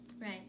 Right